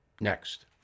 Next